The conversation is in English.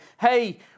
hey